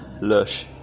Lush